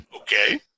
Okay